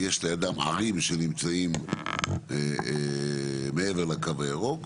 ויש לידן ערים שנמצאות מעבר לקו הירוק,